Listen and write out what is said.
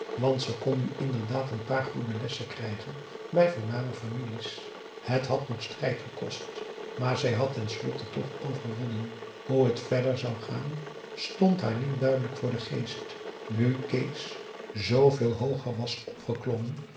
want ze kon nu inderdaad een paar goede lessen krijgen bij voorname families het had nog strijd gekost maar zij had ten slotte toch overwonnen hoe het verder zou gaan stond haar niet duidelijk voor den geest nu kees zveel hooger was opgeklommen